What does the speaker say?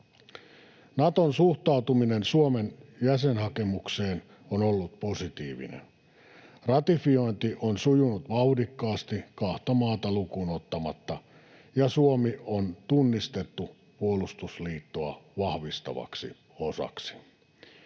Naton suhtautuminen Suomen jäsenhakemukseen on ollut positiivinen. Ratifiointi on sujunut vauhdikkaasti kahta maata lukuun ottamatta, ja Suomi on tunnistettu puolustusliittoa vahvistavaksi osaksi.